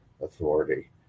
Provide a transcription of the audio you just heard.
authority